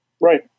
right